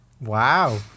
Wow